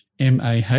MAH